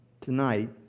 tonight